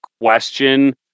question